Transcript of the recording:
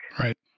Right